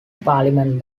parliament